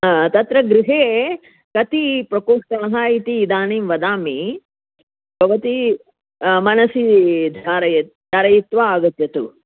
हा तत्र गृहे कति प्रकोष्ठाः इति इदानीं वदामि भवती मनसि धारयत् धारयित्वा आगच्छतु